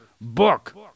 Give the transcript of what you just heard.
book